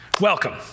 welcome